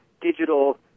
digital